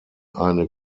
eine